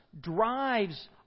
drives